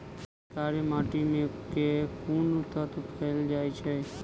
कार्य माटि मे केँ कुन तत्व पैल जाय छै?